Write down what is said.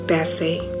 Bessie